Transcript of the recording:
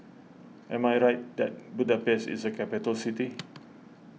am I right that Budapest is a capital city